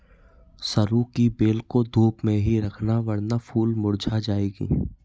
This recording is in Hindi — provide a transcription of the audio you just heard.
सरू की बेल को धूप में ही रखना वरना फूल मुरझा जाएगी